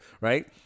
right